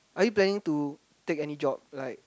are you planning to take any job like